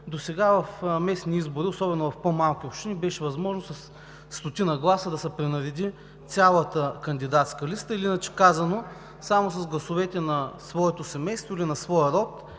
Досега в местни избори, особено в по-малки общини, беше възможно със стотина гласа да се пренареди цялата кандидатска листа или, иначе казано, само с гласовете на своето семейство, или на своя род,